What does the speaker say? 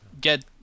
get